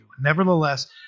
Nevertheless